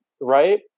right